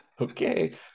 okay